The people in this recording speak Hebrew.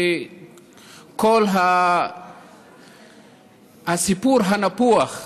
וכל הסיפור הנפוח,